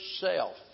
self